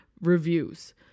reviews